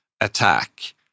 attack